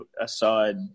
aside